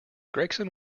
gregson